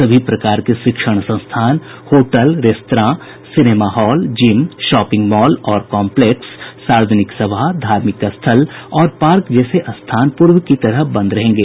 सभी प्रकार के शिक्षण संस्थान hotel restaurant cinema hall gym shopping mall और कॉम्पलेक्स सार्वजनिक सभा धार्मिक स्थल और पार्क जैसे स्थान पूर्व की तरह बंद रहेंगे